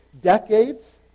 decades